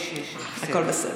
יש, יש, הכול בסדר.